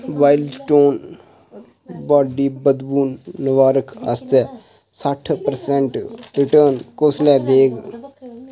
wild Stone body बदबू नवारक आस्तै सट्ठ पर्सेंट रिटर्न कुसलै देग